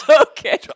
Okay